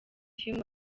team